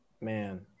man